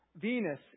Venus